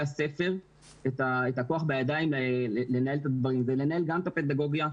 הספר את הכוח בידיים לנהל את הדברים ולנהל גם את הפדגוגיה,